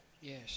Yes